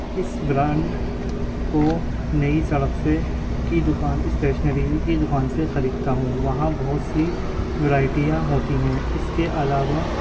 اس brand کو نئی سڑک سے کی دکان اسٹیشنری کی دکان سے خریدتا ہوں وہاں بہت سی ورائٹیاں ہوتی ہیں اس کے علاوہ